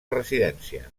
residència